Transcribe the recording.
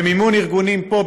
במימון ארגונים פה,